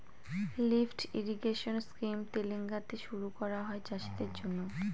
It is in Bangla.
লিফ্ট ইরিগেশেন স্কিম তেলেঙ্গানাতে শুরু করা হয় চাষীদের জন্য